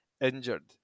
injured